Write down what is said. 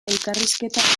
elkarrizketa